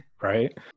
Right